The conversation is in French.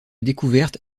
découverte